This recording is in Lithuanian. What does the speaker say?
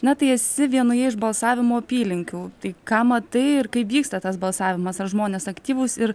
na tai esi vienoje iš balsavimo apylinkių tai ką matai ir kaip vyksta tas balsavimas ar žmonės aktyvūs ir